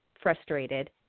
frustrated